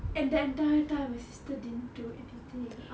and the entire time my sister didn't do anything